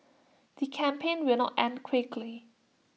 the campaign will not end quickly